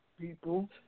people